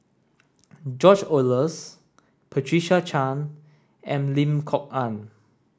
George Oehlers Patricia Chan and Lim Kok Ann